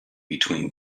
between